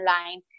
online